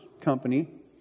company